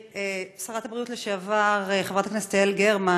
שרת הבריאות לשעבר חברת הכנסת יעל גרמן,